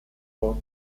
fort